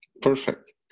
Perfect